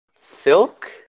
Silk